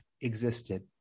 existed